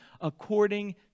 according